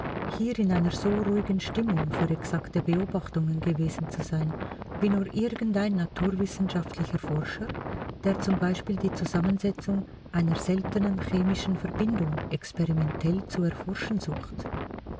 hier in einer so ruhigen stimmung für exakte beobachtungen gewesen zu sein wie nur irgend ein naturwissenschaftlicher forscher der z b die zusammensetzung einer seltenen chemischen verbindung experimentell zu erforschen sucht